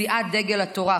מסיעת דגל התורה,